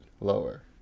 lower